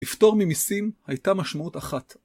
לפטור ממסים הייתה משמעות אחת.